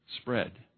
spread